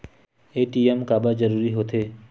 ATM काबर जरूरी हो थे?